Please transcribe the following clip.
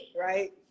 right